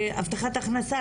ההבטחת הכנסה?